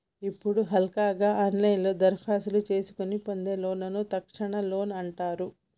ఇప్పుడు హల్కగా ఆన్లైన్లోనే దరఖాస్తు చేసుకొని పొందే లోన్లను తక్షణ లోన్ అంటారు